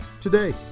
today